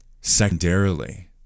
Secondarily